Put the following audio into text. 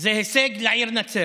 זה הישג לעיר נצרת.